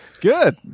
Good